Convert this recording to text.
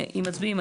אם מצביעים,